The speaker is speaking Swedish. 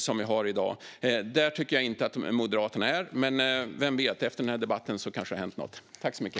Moderaterna är inte där än, men vem vet, efter denna debatt kanske det har hänt något.